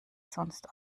sonst